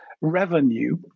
revenue